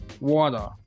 Water